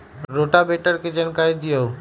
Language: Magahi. रोटावेटर के जानकारी दिआउ?